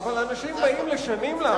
אבל אנשים באים לשנים לארץ.